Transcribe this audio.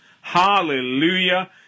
hallelujah